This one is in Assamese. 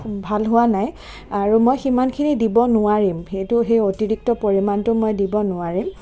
ভাল হোৱা নাই আৰু মই সিমানখিনি দিব নোৱাৰিম সেইটো সেই অতিৰিক্ত পৰিমাণটো মই দিব নোৱাৰিম